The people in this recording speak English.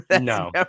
no